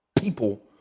people